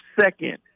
second